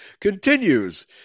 continues